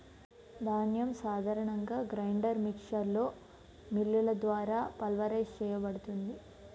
ధాన్యం సాధారణంగా గ్రైండర్ మిక్సర్లో మిల్లులు ద్వారా పల్వరైజ్ చేయబడుతుంది